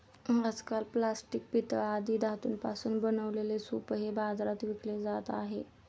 आजकाल प्लास्टिक, पितळ आदी धातूंपासून बनवलेले सूपही बाजारात विकले जात आहेत